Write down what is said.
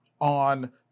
on